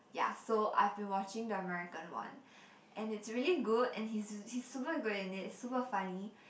yeah so I've been watching the American one and it's really good and he's he's super good in it super funny